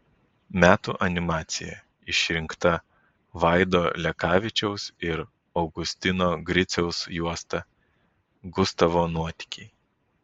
metų animacija išrinkta vaido lekavičiaus ir augustino griciaus juosta gustavo nuotykiai